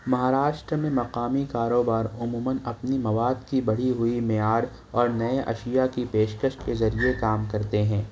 مہاراشٹر میں مقامی کاروبار عموماً اپنی مواد کی بڑھی ہوئی معیار اور نئے اشیا کی پیشکش کے ذریعے کام کرتے ہیں